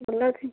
ଭଲ ଅଛି